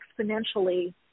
exponentially